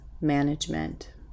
management